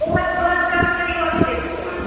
بہٕ حظ بہٕ حظ کَرو تۄہہِ یورَے تیٚلہِ فون